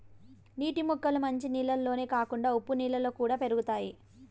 నీటి మొక్కలు మంచి నీళ్ళల్లోనే కాకుండా ఉప్పు నీళ్ళలో కూడా పెరుగుతాయి